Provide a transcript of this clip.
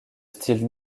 style